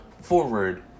forward